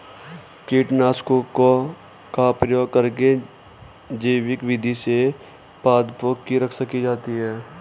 कीटनाशकों का प्रयोग करके जैविक विधि से पादपों की रक्षा की जाती है